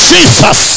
Jesus